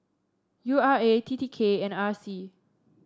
U R A T T K and R C